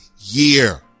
year